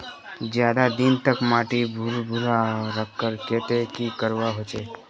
ज्यादा दिन तक माटी भुर्भुरा रखवार केते की करवा होचए?